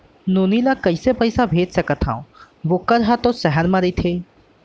नोनी ल कइसे पइसा भेज सकथव वोकर हा त सहर म रइथे?